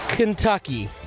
Kentucky